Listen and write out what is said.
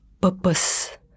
purpose